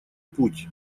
путь